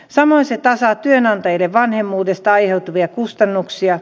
samoin se tasaa työnantajille vanhemmuudesta aiheutuvia kustannuksia